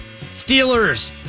Steelers